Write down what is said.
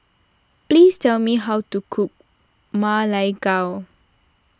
please tell me how to cook Ma Lai Gao